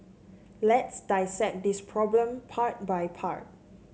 let's dissect this problem part by part